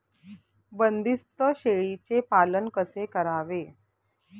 बंदिस्त शेळीचे पालन कसे करावे?